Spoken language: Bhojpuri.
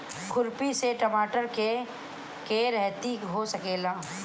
खुरपी से टमाटर के रहेती हो सकेला?